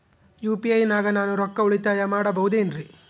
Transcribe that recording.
UPI ನಾಗ ನಾನು ರೊಕ್ಕ ಉಳಿತಾಯ ಮಾಡಬಹುದೇನ್ರಿ?